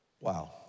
Wow